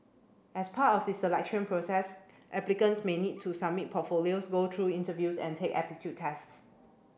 as part of the selection process applicants may need to submit portfolios go through interviews and take aptitude tests